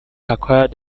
acquired